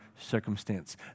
circumstance